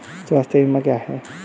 स्वास्थ्य बीमा क्या है?